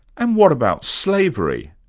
and what about slavery?